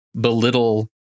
Belittle